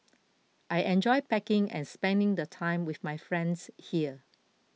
I enjoy packing and spending the time with my friends here